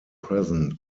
present